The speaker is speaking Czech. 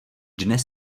dnes